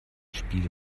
spiel